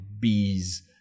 bees